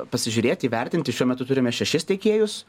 pasižiūrėti įvertinti šiuo metu turime šešis tiekėjus